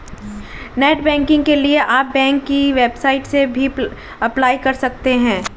net banking के लिए आप बैंक की वेबसाइट से भी अप्लाई कर सकते है